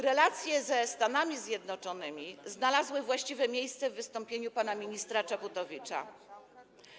Relacje ze Stanami Zjednoczonymi znalazły właściwe miejsce w wystąpieniu pana ministra Czaputowicza.